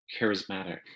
charismatic